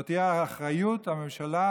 זו תהיה אחריות הממשלה,